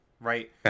right